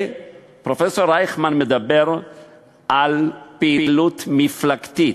פרופסור רייכמן מדבר על פעילות מפלגתית,